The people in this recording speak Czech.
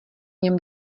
něm